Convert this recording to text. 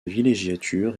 villégiature